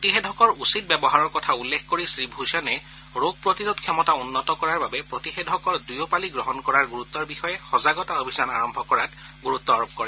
প্ৰতিষেধকৰ উচিত ব্যৱহাৰৰ কথা উল্লেখ কৰি শ্ৰীভূষণে ৰোগ প্ৰতিৰোধ ক্ষমতা উন্নত কৰাৰ বাবে প্ৰতিষেধকৰ দুয়ো পালি গ্ৰহণ কৰাৰ গুৰুত্বৰ বিষয়ে সজাগতা অভিযান আৰম্ভ কৰাত গুৰুত্ব আৰোপ কৰে